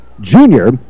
junior